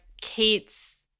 Kate's –